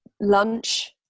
lunch